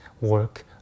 work